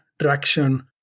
traction